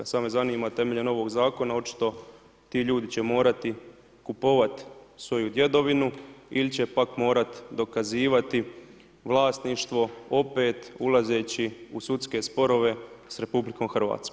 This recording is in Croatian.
Sada me zanima temeljem ovog zakona očito ti ljudi će morati kupovati svoju djedovinu ili će pak morati dokazivati vlasništvo opet ulazeći u sudske sporove s RH.